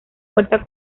puerta